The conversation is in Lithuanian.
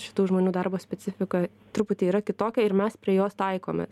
šitų žmonių darbo specifika truputį yra kitokia ir mes prie jos taikomės